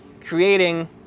creating